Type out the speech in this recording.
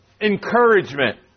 encouragement